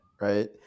right